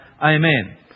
Amen